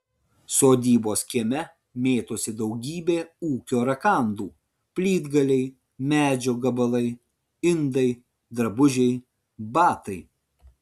sodybos kieme mėtosi daugybė ūkio rakandų plytgaliai medžio gabalai indai drabužiai batai